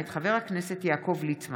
מאת חברי הכנסת מוסי רז,